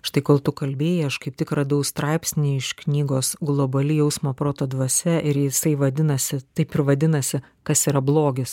štai kol tu kalbėjai aš kaip tik radau straipsnį iš knygos globali jausmo proto dvasia ir jisai vadinasi taip ir vadinasi kas yra blogis